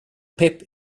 pip